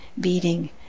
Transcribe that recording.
Beating